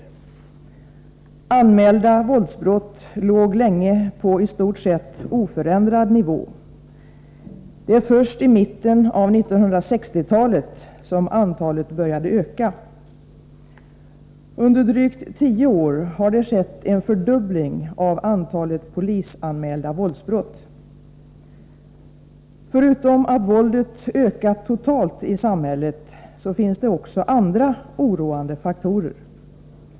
Antalet anmälda våldsbrott låg länge på i stort sett oförändrad nivå. Det är först i mitten av 1960-talet som antalet börjar öka. Under drygt tio år har det skett en fördubbling av antalet polisanmälda våldsbrott. Förutom att våldet ökat totalt i samhället, finns det också andra oroande faktorer.